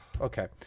okay